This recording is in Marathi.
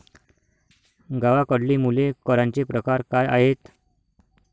गावाकडली मुले करांचे प्रकार काय आहेत?